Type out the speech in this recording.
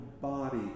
body